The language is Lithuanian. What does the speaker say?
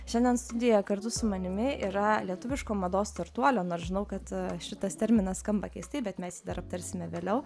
šiandien studijoje kartu su manimi yra lietuviško mados startuolio nors žinau kad šitas terminas skamba keistai bet mes jį dar aptarsime vėliau